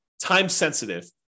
time-sensitive